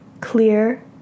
clear